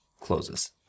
closes